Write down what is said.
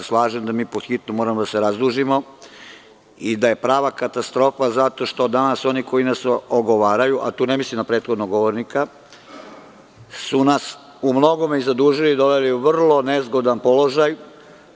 Slažem se da mi pod hitno moramo da se razdužimo i da je prava katastrofa zato što danas oni koji nas ogovaraju, a tu ne mislim na prethodnog govornika, su nas u mnogome i zadužili i doveli uvrlo nezgodan položaj,